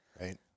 Right